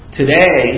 today